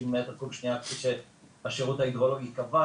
מטר קוב לשנייה כפי שהשירות ההידרולוגי קבע